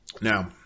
Now